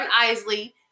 Isley